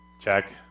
Check